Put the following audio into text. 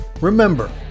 Remember